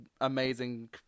amazing